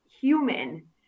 human